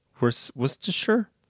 Worcestershire